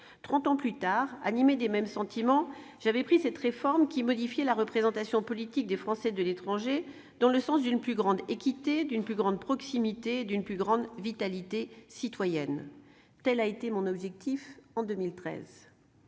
ans plus tard, animée des mêmes sentiments, j'avais repris cette réforme modifiant la représentation politique des Français de l'étranger dans le sens d'une plus grande équité, d'une plus grande proximité et d'une plus grande vitalité citoyenne. Tel a été mon objectif en 2013.